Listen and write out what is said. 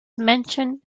mentioned